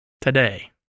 today